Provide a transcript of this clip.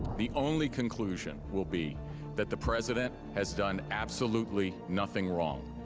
the only conclusion will be that the president has done absolutely nothing wrong.